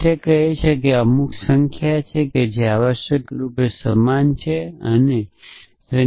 તે કહે છે કે ત્યાં અમુક સંખ્યા છે જે આવશ્યકરૂપે સમાન સંખ્યા છે